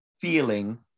feeling